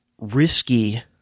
risky